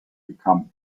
become